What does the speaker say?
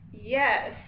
Yes